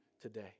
today